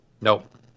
Nope